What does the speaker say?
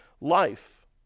life